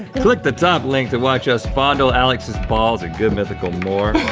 click the top link to watch us fondle alex's balls in good mythical more.